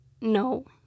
No